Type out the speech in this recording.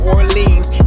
Orleans